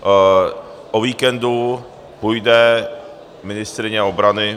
O víkendu půjde ministryně obrany...